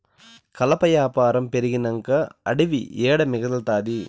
కలప యాపారం పెరిగినంక అడివి ఏడ మిగల్తాది